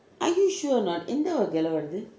are you sure or not எந்த வகைள வருது:entha vakaila varuthu